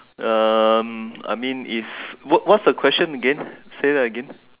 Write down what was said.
um I mean is what's what's the question again say that again